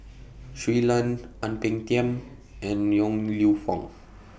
Shui Lan Ang Peng Tiam and Yong Lew Foong